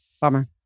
bummer